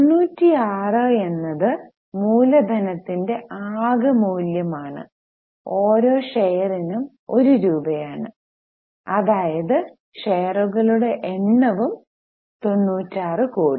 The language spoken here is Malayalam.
96 എന്നത് മൂലധനത്തിന്റെ ആകെ മൂല്യമാണ് ഓരോ ഷെയറും 1 രൂപയാണ് അതായത് ഷെയറുകളുടെ എണ്ണവും 96 കോടി